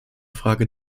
frage